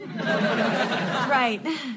Right